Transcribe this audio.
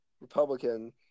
Republican